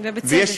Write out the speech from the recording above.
ובצדק.